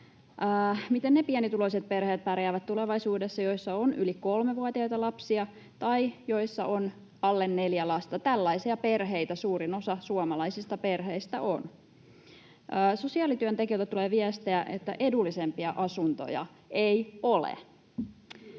Miten ne pienituloiset perheet pärjäävät tulevaisuudessa, joissa on yli kolmevuotiaita lapsia tai joissa on alle neljä lasta? Tällaisia perheitä suurin osa suomalaisista perheistä on. Sosiaalityöntekijöiltä tulee viestejä, että edullisempia asuntoja ei ole.